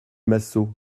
massot